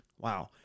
Wow